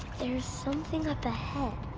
there's something up ahead.